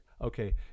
okay